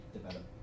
develop